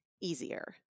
easier